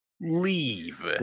Leave